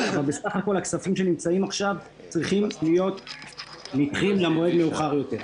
אבל בסך הכול הכספים שנמצאים עכשיו צריכים להידחות למועד מאוחר יותר.